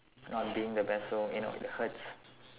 not being the best so you know it hurts